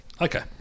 Okay